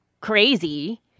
crazy